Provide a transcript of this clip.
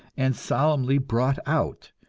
and solemnly brought out,